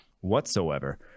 whatsoever